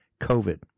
COVID